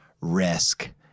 risk